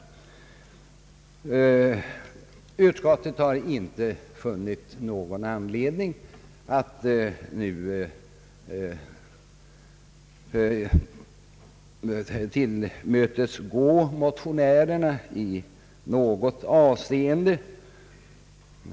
Utskottet har inte funnit anledning att tillmötesgå motionärerna i något avseende.